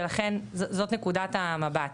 ולכן זאת נקודת המבט.